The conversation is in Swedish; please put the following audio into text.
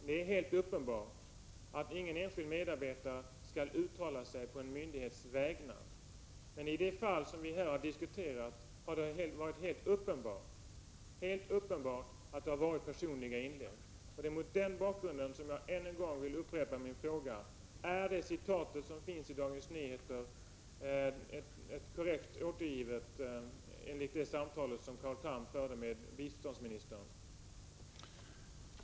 Det är helt uppenbart att ingen enskild medarbetare skall uttala sig på en myndighets vägnar, men i det fall vi här har diskuterat har det varit helt uppenbart att det har rört sig om personliga inlägg, och det är mot den = Prot. 1986/87:58 | bakgrunden som jag än en gång vill upprepa min fråga: Är citatet ur Dagens 22 januari 1987 Nyheter ett korrekt återgivande av det samtal som Carl Tham förde med Omippeörelsen Hör. biståndsministern? muppgörelsen för, | svarsfrågan Anf. 21 Statsrådet LENA HJELM-WALLÉN: Herr talman!